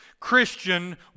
Christian